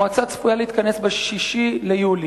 המועצה צפויה להתכנס ב-6 ביולי,